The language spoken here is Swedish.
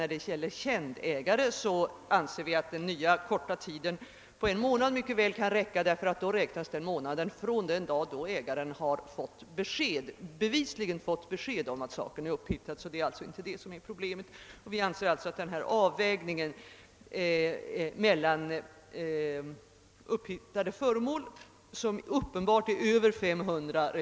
När det gäller känd ägare anser vi att den nya korta tiden, en månad, mycket väl kan räcka, eftersom den räknas från den dag då ägaren bevisligen har fått besked om att godset är upphiitat. Det är alltså inte den saken som är problemet. Vi menar att gränsdragningen mellan upphittat föremål som uppenbart är värt över 500 kr.